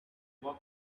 walk